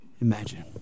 imagine